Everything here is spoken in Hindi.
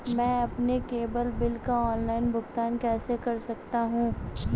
मैं अपने केबल बिल का ऑनलाइन भुगतान कैसे कर सकता हूं?